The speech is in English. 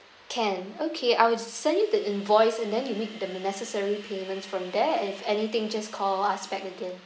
can okay I will just send you the invoice and then you make the necessary payment from there and if anything just call us back again